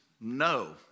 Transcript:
no